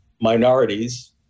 minorities